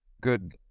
good